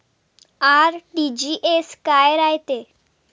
RTGS काय रायते?